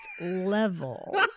level